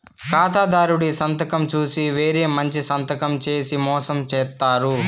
ఖాతాదారుడి సంతకం చూసి వేరే మంచి సంతకం చేసి మోసం చేత్తారు